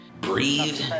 breathe